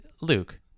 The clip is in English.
Luke